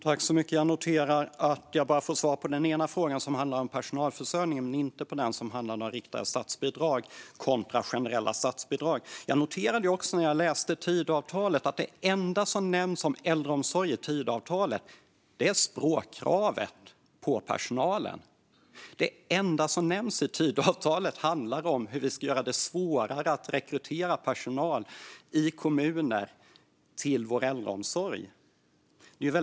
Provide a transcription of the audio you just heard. Herr talman! Jag noterar att jag bara fått svar på den ena frågan, den som handlar om personalförsörjningen, men inte på den som handlar om riktade kontra generella statsbidrag. När jag läste Tidöavtalet noterade jag att äldreomsorgen endast nämns genom språkkravet på personalen. I Tidöavtalet nämns äldreomsorgen endast i samband med att det ska bli svårare att rekrytera personal till vår äldreomsorg i kommunerna.